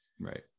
Right